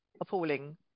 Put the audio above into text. appalling